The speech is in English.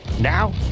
Now